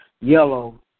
Yellow